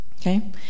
okay